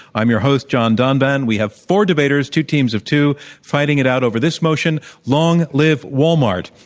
i'm your host, john donvan. we have four debaters two teams of two fighting it out over this motion long live walmart.